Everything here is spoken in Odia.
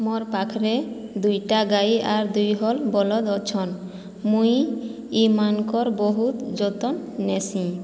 ମୋର ପାଖରେ ଦୁଇଟା ଗାଇ ଆର୍ ଦୁଇହଳ ବଳଦ ଅଛନ୍ତି ମୁଁ ଏହିମାନଙ୍କର ବହୁତ ଯତ୍ନ ନେସିଁ